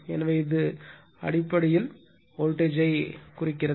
எனவே அது அடிப்படையில் அது வோல்டேஜ் யைக் காண்கிறது